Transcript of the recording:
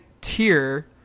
tier